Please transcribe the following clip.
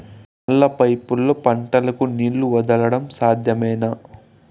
నల్ల పైపుల్లో పంటలకు నీళ్లు వదలడం సాధ్యమేనా?